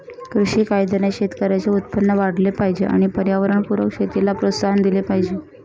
कृषी कायद्याने शेतकऱ्यांचे उत्पन्न वाढले पाहिजे आणि पर्यावरणपूरक शेतीला प्रोत्साहन दिले पाहिजे